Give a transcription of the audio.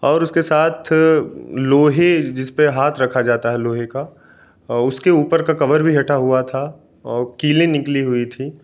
और उसके साथ लोहे जिस पर हाथ रखा जाता है लोहे का उसके ऊपर का कवर भी फटा हुआ था और कीले निकली हुई थी